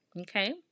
Okay